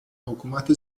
حکومت